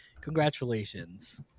Congratulations